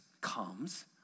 comes